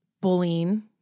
bullying